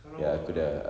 sekarang umur kau sudah